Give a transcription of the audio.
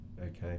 Okay